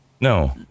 No